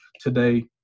today